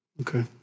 Okay